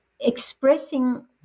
expressing